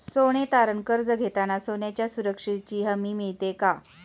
सोने तारण कर्ज घेताना सोन्याच्या सुरक्षेची हमी मिळते का?